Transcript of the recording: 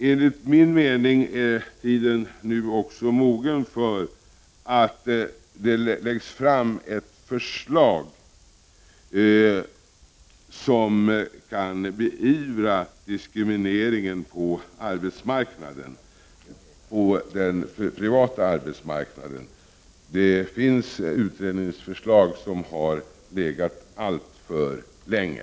Enligt min mening är tiden nu också mogen för att det läggs fram ett förslag om hur det skall bli möjligt att beivra diskrimineringen på den privata arbetsmarknaden. Det finns utredningsförslag som har legat alltför länge.